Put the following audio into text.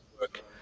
work